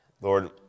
Lord